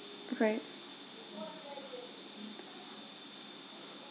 right